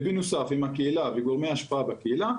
ובנוסף עם הקהילה וגורמי השפעה בקהילה,